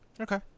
Okay